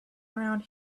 around